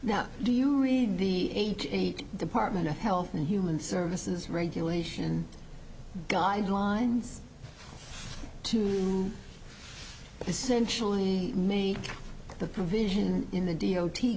now do you read the eighty eight department of health and human services regulation guidelines to essentially made the provision in the d